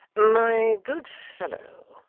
my good fellow,